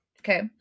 Okay